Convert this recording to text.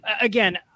again